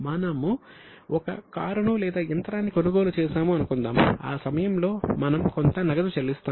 మనము ఒక కారును లేదా యంత్రాన్ని కొనుగోలు చేసాము అనుకుందాం ఆ సమయంలో మనం కొంత నగదు చెల్లిస్తాము